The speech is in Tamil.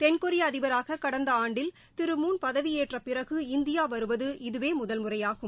தென்கொரிய அதிபராக கடந்த ஆண்டில் திரு மூன் பதவி ஏற்ற பிறகு இந்தியா வருவது இதுவே முதல் முறையாகும்